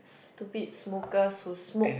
stupid smokers who smoked